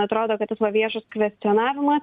atrodo kad tas va viešas kvestionavimas